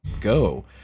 go